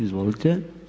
Izvolite.